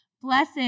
Blessed